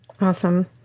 Awesome